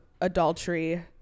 adultery